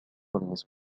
النصف